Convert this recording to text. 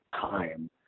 time